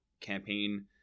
campaign